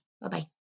Bye-bye